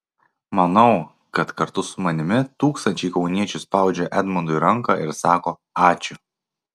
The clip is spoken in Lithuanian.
manau kad kartu su manimi tūkstančiai kauniečių spaudžia edmundui ranką ir sako ačiū